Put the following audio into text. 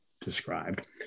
described